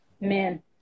Men